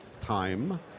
time